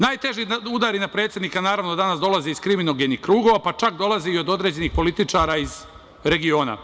Najteži udari na predsednika, naravno, danas dolaze iz kriminogenih krugova, pa čak dolaze i od određenih političara iz regiona.